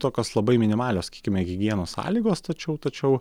tokios labai minimalios sakykime higienos sąlygos tačiau tačiau